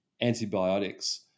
antibiotics